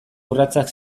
urratsak